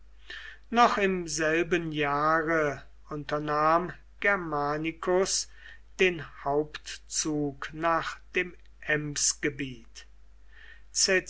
noch im selben jahre unternahm germanicus den hauptzug nach dem emsgebiet